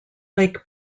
lake